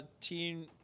Team